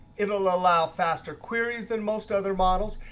it will allow faster queries than most other models.